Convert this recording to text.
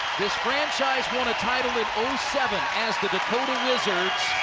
this franchise won a title in seven as the dakota wizards,